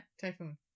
Typhoon